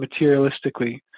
materialistically